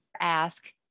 Ask